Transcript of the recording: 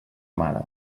mare